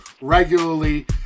regularly